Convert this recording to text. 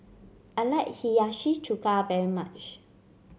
I like Hiyashi Chuka very much